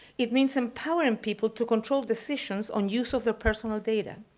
it means empowering people to control decisions on use of their personal data.